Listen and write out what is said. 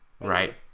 Right